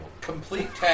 complete